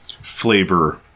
flavor